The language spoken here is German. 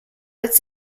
als